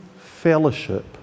fellowship